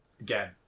again